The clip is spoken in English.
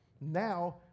now